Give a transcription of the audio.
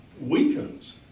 weakens